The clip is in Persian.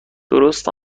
درست